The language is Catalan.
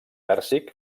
pèrsic